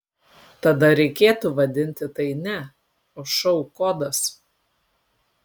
tada reikėtų vadinti tai ne o šou kodas